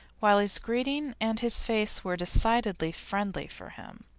while his greeting and his face were decidedly friendly, for him.